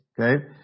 Okay